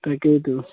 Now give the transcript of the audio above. তাকেইটো